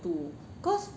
two cause